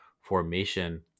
formation